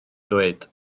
dweud